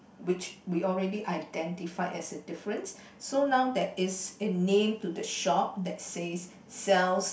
which we already identified as a difference so now there is a name to the shop that says sells